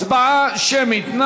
הצבעה שמית.